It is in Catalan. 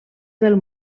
del